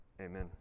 Amen